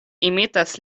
imitas